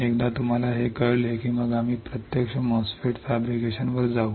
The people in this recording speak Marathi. एकदा तुम्हाला हे कळले की मग आम्ही प्रत्यक्ष MOSFET फॅब्रिकेशन वर जाऊ